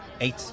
eight